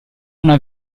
una